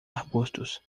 arbustos